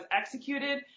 executed